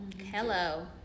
Hello